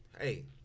Hey